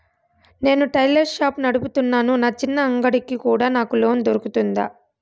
నేను tailor shop నడుపుతున్నాను, నా చిన్న అంగడి కి కూడా నాకు లోను దొరుకుతుందా?